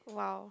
!wow!